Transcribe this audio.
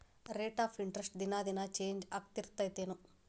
rate of interest ದಿನಾ ದಿನಾ change ಆಗ್ತಿರತ್ತೆನ್